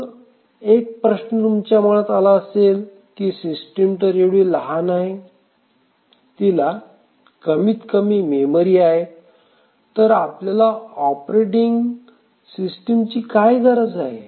मग एक प्रश्न तुमच्या मनात आला असेल की सिस्टिम तर एवढी लहान आहे तिला कमीत कमी मेमरी आहे तर आपल्याला ऑपरेटिंग सिस्टिमची काय गरज आहे